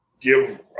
give